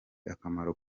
akamaro